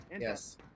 Yes